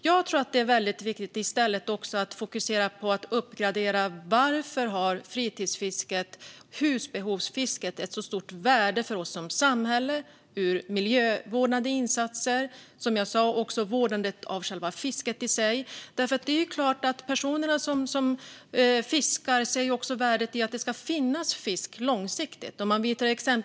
Jag tror att det är väldigt viktigt att i stället fokusera på och uppgradera fritidsfisket, husbehovsfisket, som har ett så stort värde för oss som samhälle till exempel när det gäller miljövårdande insatser och, som jag sa, också vårdandet av fisket i sig. Det är klart att de personer som fiskar också ser värdet i att det ska finnas fisk långsiktigt.